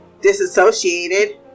disassociated